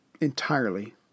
entirely